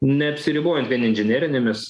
neapsiribojant vien inžinerinėmis